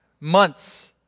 months